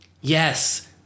Yes